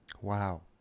Wow